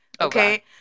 Okay